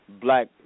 black